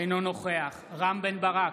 אינו נוכח רם בן ברק,